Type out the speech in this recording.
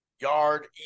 Yard